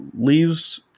leaves